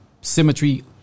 symmetry